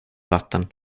vatten